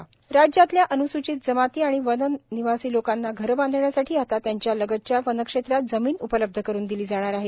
वनाधिकार अधिनियम राज्यातल्या अन्सूचित जमाती आणि वननिवासी लोकांना घरं बांधण्यासाठी आता त्यांच्या लगतच्या वनक्षेत्रात जमीन उपलब्ध करून दिली जाणार आहे